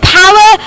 power